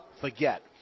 forget